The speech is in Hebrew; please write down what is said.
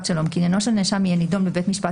שלום כי עניינו של נאשם יהיה נידון בבית דיון משפט